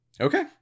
Okay